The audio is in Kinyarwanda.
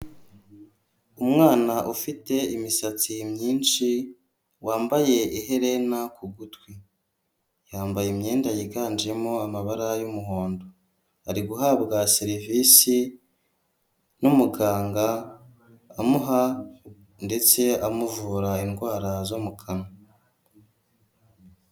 Umwana ufite imisatsi myinshi wambaye iherena ku gutwi yambaye imyenda yiganjemo amabara y'umuhondo ari guhabwa serivisi n'umuganga amuha ndetse amuvura indwara zo mu kanwa.